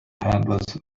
handles